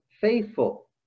faithful